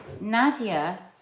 Nadia